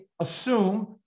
assume